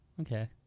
Okay